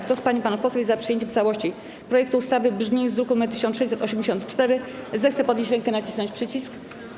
Kto z pań i panów posłów jest za przyjęciem w całości projektu ustawy w brzmieniu z druku nr 1684, zechce podnieść rękę i nacisnąć przycisk.